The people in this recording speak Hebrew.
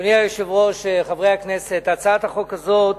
אדוני היושב-ראש, חברי הכנסת, הצעת החוק הזאת